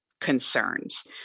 concerns